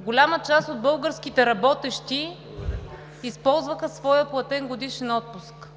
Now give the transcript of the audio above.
голяма част от българските работещи използваха своя платен годишен отпуск.